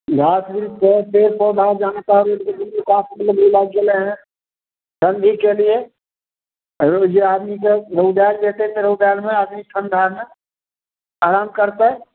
गाछ वृक्ष के पेड़ पौधा जहाँ तहाँ रोड के दुनू कातमे लागि गेलै हँ ठण्ढी के लिए जे आदमी के रौदाएल जे छै से रौदाएल मे आदमी ठण्ढा मे आराम करतै